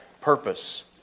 purpose